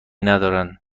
ندارن